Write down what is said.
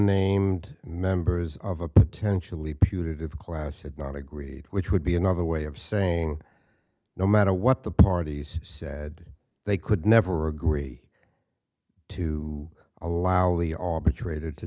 named members of a potentially putative class had not agreed which would be another way of saying no matter what the parties said they could never agree to allow the arbitrator to